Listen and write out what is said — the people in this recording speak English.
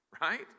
right